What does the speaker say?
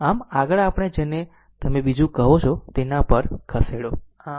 આમ આગળ આપણે જેને તમે બીજું કહો છો તેના પર ખસેડો